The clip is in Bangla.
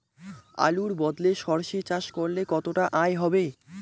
আলুর বদলে সরষে চাষ করলে কতটা আয় হবে?